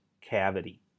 cavity